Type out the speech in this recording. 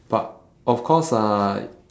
but of course I